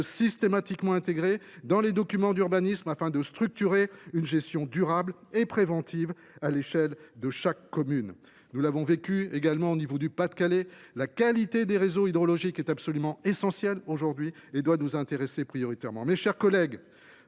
systématiquement intégrée dans les documents d’urbanisme afin de structurer une gestion durable et préventive à l’échelle de chaque commune. Nous l’avons vu également dans le Pas de Calais : la qualité des réseaux hydrologiques est essentielle et doit nous intéresser prioritairement. Mes chers collègues,